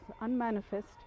unmanifest